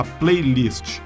playlist